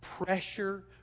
Pressure